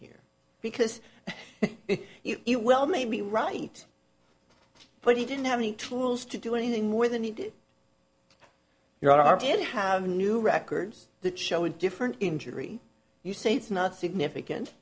here because if you well maybe right but he didn't have any tools to do anything more than he did your arm did have new records that show a different injury you say it's not significant